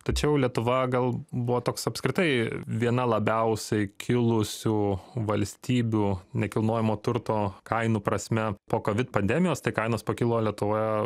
tačiau lietuva gal buvo toks apskritai viena labiausiai kilusių valstybių nekilnojamo turto kainų prasme po kovid pandemijos tai kainos pakilo lietuvoj